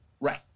Right